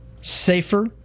Safer